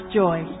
joy